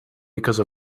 because